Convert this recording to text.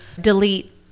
delete